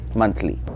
monthly